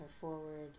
forward